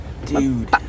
Dude